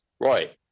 right